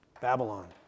Babylon